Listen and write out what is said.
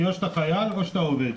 כלומר או שאתה חייל או שאתה עובד.